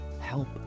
Help